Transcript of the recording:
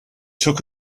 took